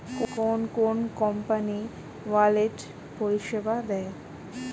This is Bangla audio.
কোন কোন কোম্পানি ওয়ালেট পরিষেবা দেয়?